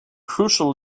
crucial